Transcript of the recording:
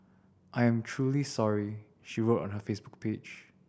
I am truly sorry she wrote on her Facebook page